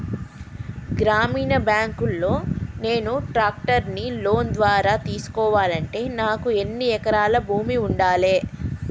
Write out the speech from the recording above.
గ్రామీణ బ్యాంక్ లో నేను ట్రాక్టర్ను లోన్ ద్వారా తీసుకోవాలంటే నాకు ఎన్ని ఎకరాల భూమి ఉండాలే?